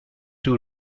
two